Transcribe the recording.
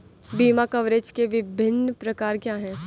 बीमा कवरेज के विभिन्न प्रकार क्या हैं?